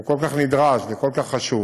והוא כל כך נדרש וכל כך חשוב,